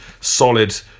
solid